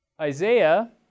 Isaiah